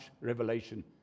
revelation